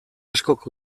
askok